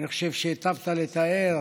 אני חושב שהיטבת לתאר